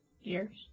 years